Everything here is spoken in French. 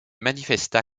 manifesta